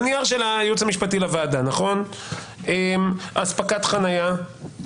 בנייר של הייעוץ המשפטי לוועדה אספקת חניה,